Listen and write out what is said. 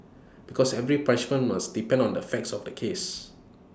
because every punishment must depend on the facts of the case